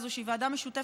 פעם תקופות יותר מתוחות,